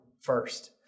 first